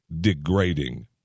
degrading